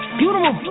beautiful